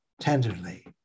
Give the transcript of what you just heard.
tenderly